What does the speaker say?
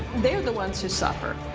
they're the ones who suffer.